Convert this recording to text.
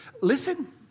Listen